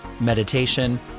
meditation